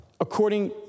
according